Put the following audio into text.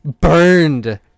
Burned